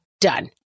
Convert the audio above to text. Done